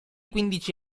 quindici